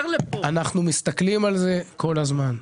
ואנחנו מסתכלים על זה כל הזמן.